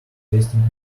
testing